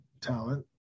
talent